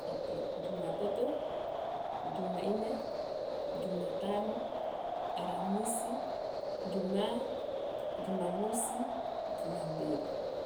Okay. Jumatatu, jumanne, jumatano, alamisi, ijumaa, jumamosi, jumapili